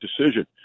decision